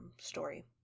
story